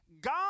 God